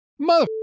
Mother